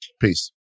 Peace